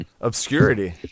obscurity